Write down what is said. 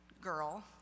girl